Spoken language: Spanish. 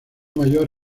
mayor